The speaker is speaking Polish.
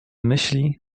myśli